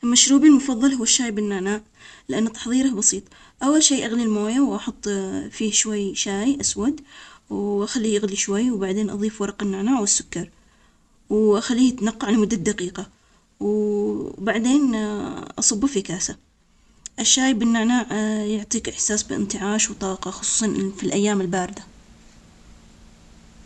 المشروب المفضل هو الشاي بالنعناع لأن تحضيره بسيط. أول شيء أغلي الموية وأحط فيه شوي شاي أسود، وأخليه يغلي شوي، وبعدين أضيف ورق النعناع والسكر. أخليه يتنقع لمدة دقيقة. بعدين أصبه في كاسة الشاي بالنعناع يعطيك إحساس بإنتعاش وطاقة خصوصا في الأيام الباردة.